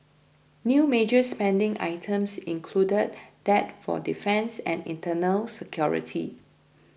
new major spending items included that for defence and internal security